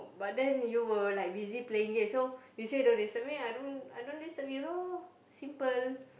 but then you were like busy playing games so you say don't disturb me I don't I don't disturb you lor simple